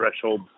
threshold